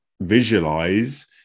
visualize